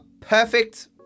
perfect